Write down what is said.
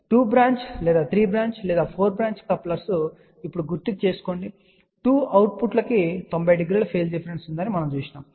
2 branch లేదా 3 branch లేదా 4 branch couplers ఇప్పుడు గుర్తు కు తెచ్చుకోండి 2 అవుట్పుట్ లకు 90 డిగ్రీ ల ఫేజ్ డిఫరెన్స్ ఉందని మనము చూశాము